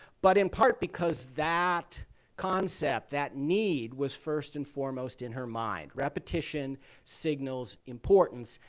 but in part because that concept, that need was first and foremost in her mind. repetition signals importance,